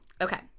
okay